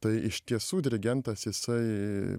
tai iš tiesų dirigentas jisai